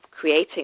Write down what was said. creating